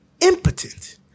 impotent